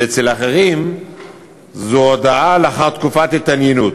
ואצל אחרים זו הודעה לאחר תקופת התעניינות.